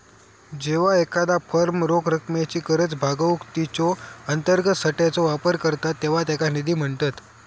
जेव्हा एखादा फर्म रोख रकमेची गरज भागवूक तिच्यो अंतर्गत साठ्याचो वापर करता तेव्हा त्याका निधी म्हणतत